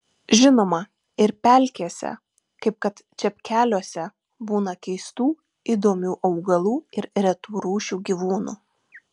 žinoma ir pelkėse kaip kad čepkeliuose būna keistų įdomių augalų ir retų rūšių gyvūnų